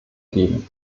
geben